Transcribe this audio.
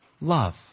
love